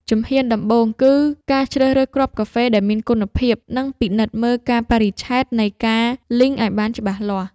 ជំហានដំបូង គឺការជ្រើសរើសគ្រាប់កាហ្វេដែលមានគុណភាព និងពិនិត្យមើលកាលបរិច្ឆេទនៃការលីងឱ្យបានច្បាស់លាស់។